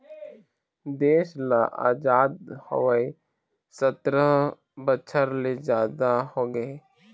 देश ल अजाद होवे सत्तर बछर ले जादा होगे हे